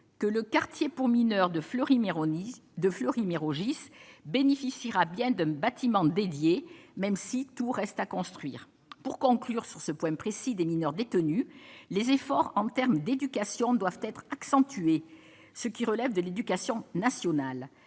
que le quartier pour mineurs de Fleury-Mérogis de Fleury-Mérogis bénéficiera bien d'un bâtiment dédié, même si tout reste à construire pour conclure sur ce point précis des mineurs détenus les efforts en terme d'éducation doivent être accentuée ce qui relève de l'Éducation nationale